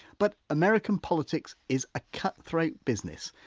but american politics is a cut-throat business.